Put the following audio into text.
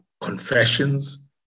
confessions